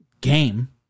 game